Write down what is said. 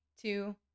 two